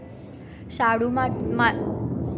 शाडू मातीमध्ये पाण्याचा निचरा होतो का?